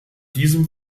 diesem